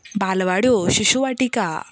बालवाड्यो शिशुवाटिका